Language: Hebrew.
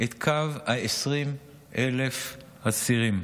את קו ה-20,000 אסירים,